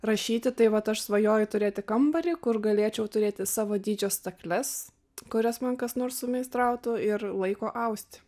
rašyti tai vat aš svajoju turėti kambarį kur galėčiau turėti savo dydžio stakles kurias man kas nors sumeistrautų ir laiko austi